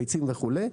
ביצים וכולי,